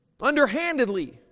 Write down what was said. underhandedly